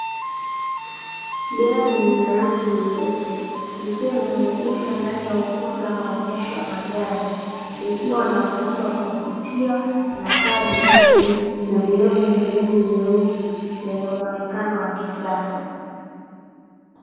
Gari lenye rangi nyeupe, likiwa limeegeshwa ndani ya ukumbi wa maonyesho ya magari likiwa na muundo wa kuvutia na paa jeupe na vioo vya pembeni vyeusi na lenye mwonekano wa kisasa.